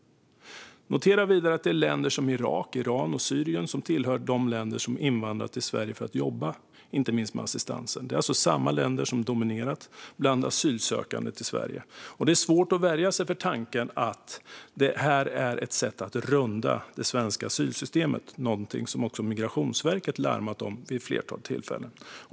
Notera vidare att de som invandrar till Sverige för att jobba, inte minst inom assistansen, kommer från länder som Irak, Iran och Syrien. Det är alltså samma länder som dominerat när det gäller asylsökande till Sverige. Det är svårt att värja sig mot tanken att detta är ett sätt att runda det svenska asylsystemet, något som också Migrationsverket larmat om vid ett flertal tillfällen.